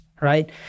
right